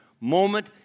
moment